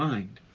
mind.